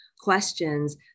questions